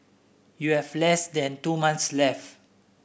you have less than two months left